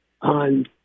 on